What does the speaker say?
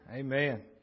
Amen